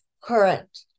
current